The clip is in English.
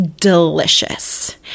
delicious